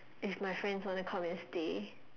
if my friends wanna come and stay